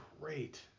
great